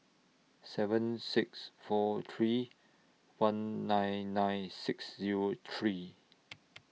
seven six four three one nine nine six Zero three